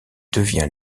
devient